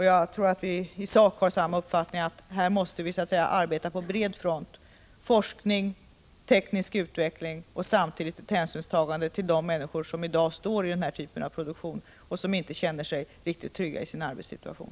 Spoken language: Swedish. Jag tror att vi i sak har samma uppfattning: Vi måste arbeta på bred front med forskning och teknisk utveckling och samtidigt ta hänsyn till de människor som i dag har den här typen av arbete och som inte känner sig trygga i sin arbetssituation.